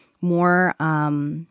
more